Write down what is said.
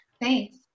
Thanks